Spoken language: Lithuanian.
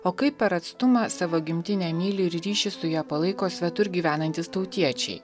o kaip per atstumą savo gimtinę myli ir ryšį su ja palaiko svetur gyvenantys tautiečiai